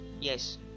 yes